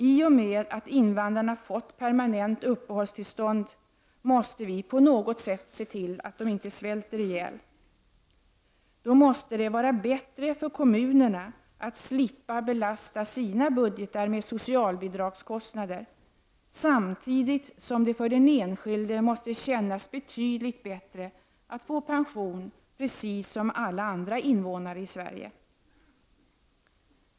I och med att invandrare fått permanent uppehållstillstånd måste vi på något sätt se till att de inte svälter ihjäl. Då måste det vara bättre för kommunerna att slippa belasta sina budgetar med socialbidragskostnader, samtidigt som det för den enskilde måste kännas betydligt bättre att få pension precis som alla andra invånare i Sverige.